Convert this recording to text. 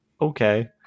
okay